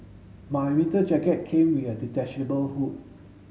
my winter jacket came with a detachable hood